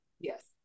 Yes